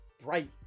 bright